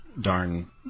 darn